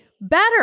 better